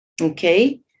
okay